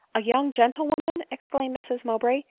a young gentlewoman, exclaimed mrs mowbray,